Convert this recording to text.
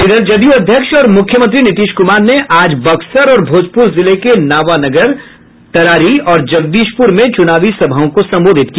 इधर जदयू अध्यक्ष और मुख्यमंत्री नीतीश कुमार ने आज बक्सर और भोजपुर जिले के नावानगर तरारी और जगदीशपुर में चुनावी सभाओं को संबोधित किया